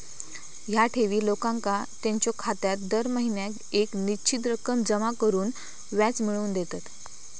ह्या ठेवी लोकांका त्यांच्यो खात्यात दर महिन्याक येक निश्चित रक्कम जमा करून व्याज मिळवून देतत